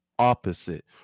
opposite